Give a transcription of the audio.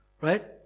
Right